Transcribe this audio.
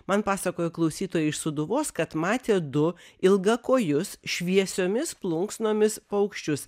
man pasakojo klausytoja iš sūduvos kad matė du ilgakojus šviesiomis plunksnomis paukščius